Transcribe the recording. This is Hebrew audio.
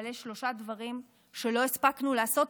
אבל יש שלושה דברים שלא הספקנו לעשות,